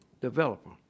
developer